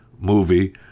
movie